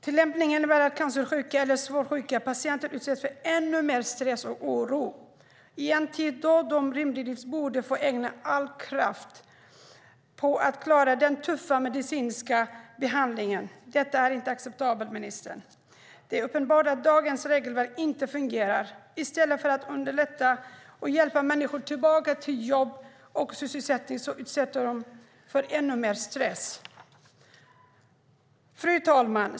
Tillämpningen innebär att cancersjuka eller svårt sjuka patienter utsätts för ännu mer stress och oro i en tid då de rimligtvis borde få ägna all kraft åt att klara den tuffa medicinska behandlingen. Detta är inte acceptabelt, ministern. Det är uppenbart att dagens regelverk inte fungerar. I stället för att man underlättar och hjälper människor tillbaka till jobb och sysselsättning utsätter man dem för ännu mer stress. Fru talman!